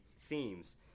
themes